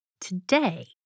Today